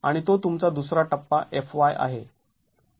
आणि तो तुमचा दुसरा टप्पा Fy आहे